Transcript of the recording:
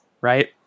right